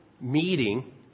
meeting